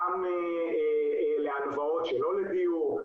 גם להלוואות שלא לדיור,